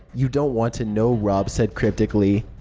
you don't want to know, rob said cryptically.